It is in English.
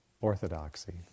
orthodoxy